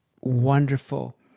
wonderful